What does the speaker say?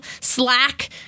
Slack